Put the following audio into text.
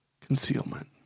concealment